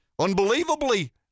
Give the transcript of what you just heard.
Unbelievably